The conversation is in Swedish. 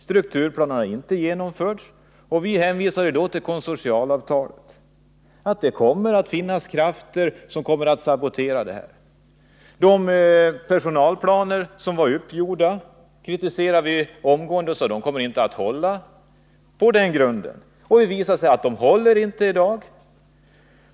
Strukturplanen har inte genomförts. Vi hänvisade då till konsortialavtalet och hävdade att det kommer att finnas krafter som saboterar det. De personalplaner som var uppgjorda kritiserade vi omgående, och vi sade att de inte kommer att hålla på den grunden. Det visar sig att de inte håller i dag.